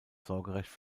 sorgerecht